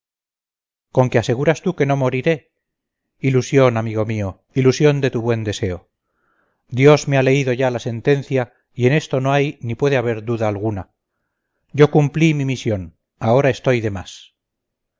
con que aseguras tú que no moriré ilusión amigo mío ilusión de tu buen deseo dios me ha leído ya la sentencia y en esto no hay ni puede haber duda alguna yo cumplí mi misión ahora estoy demás